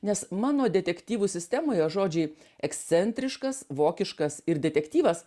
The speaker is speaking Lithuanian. nes mano detektyvų sistemoje žodžiai ekscentriškas vokiškas ir detektyvas